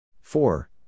Four